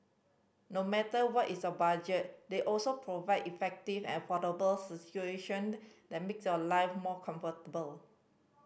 no matter what is your budget they also provide effective and affordable situation that makes your life more comfortable